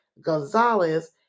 gonzalez